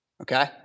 okay